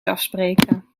afspreken